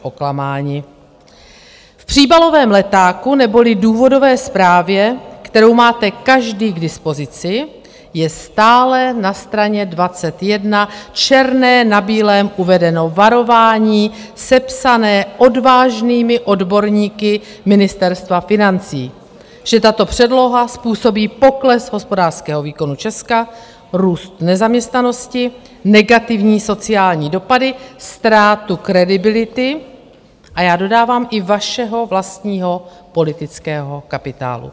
V příbalovém letáku, neboli důvodové zprávě, kterou máte každý k dispozici, je stále na straně 21 černé na bílém uvedeno varování sepsané odvážnými odborníky Ministerstva financí: Že tato předloha způsobí pokles hospodářského výkonu Česka, růst nezaměstnanosti, negativní sociální dopady, ztrátu kredibility a já dodávám i vašeho vlastního politického kapitálu.